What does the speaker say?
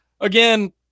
again